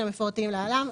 המפורטים להלן: